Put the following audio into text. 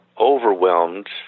overwhelmed